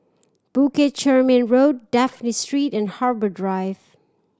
Bukit Chermin Road Dafne Street and Harbour Drive